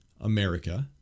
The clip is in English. America